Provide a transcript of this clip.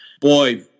Boy